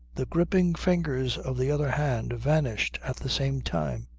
the gripping fingers of the other hand vanished at the same time,